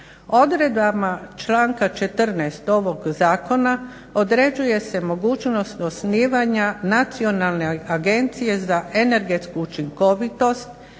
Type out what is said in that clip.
Odredbama članka 14. ovog zakona određuje se mogućnost osnivanja Nacionalne agencije za energetsku učinkovitost